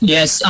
Yes